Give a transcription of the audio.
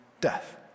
Death